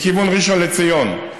מכיוון ראשון לציון,